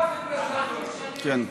אנחנו משלמים מיסים.